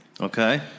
Okay